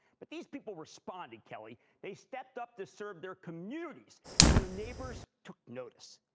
but these people responded, kelly they stepped up to serve their communities and their neighbors took notice.